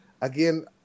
again